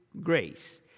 grace